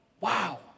Wow